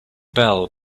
bell